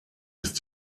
ist